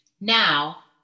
now